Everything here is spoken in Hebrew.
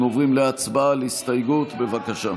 הצבעה על ההסתייגות, בבקשה.